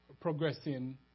progressing